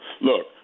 Look